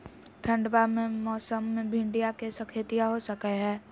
ठंडबा के मौसमा मे भिंडया के खेतीया हो सकये है?